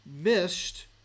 missed